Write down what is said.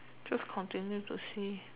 just continue to see